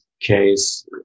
case